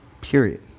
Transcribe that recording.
Period